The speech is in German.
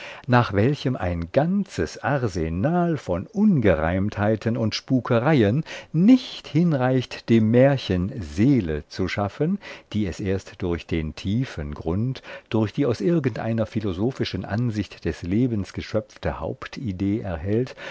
nach welchem ein ganzes arsenal von ungereimtheiten und spukereien nicht hinreicht dem märchen seele zu schaffen die es erst durch den tiefen grund durch die aus irgendeiner philosophischen ansicht des lebens geschöpfte hauptidee erhält